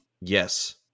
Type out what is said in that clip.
yes